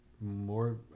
More